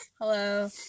Hello